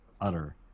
utter